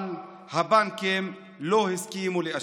אבל הבנקים לא הסכימו לאשר.